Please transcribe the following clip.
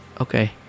Okay